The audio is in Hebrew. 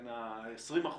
כן, ה-20%